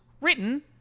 written